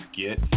get